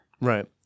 Right